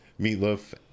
Meatloaf